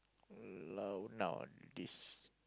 no not this